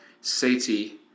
sati